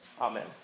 Amen